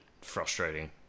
Frustrating